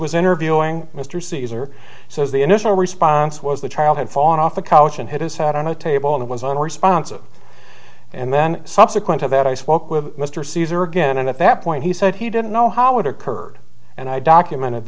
was interviewing mr caesar so the initial response was the child had fallen off the couch and hit his head on a table and was unresponsive and then subsequent to that i spoke with mr caesar again and at that point he said he didn't know how it occurred and i documented